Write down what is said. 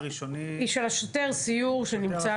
השוטר סיור שנמצא כמובן.